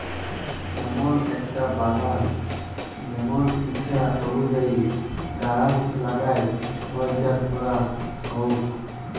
এমল একটা বাগাল জেমল ইছা অলুযায়ী গাহাচ লাগাই ফল চাস ক্যরা হউক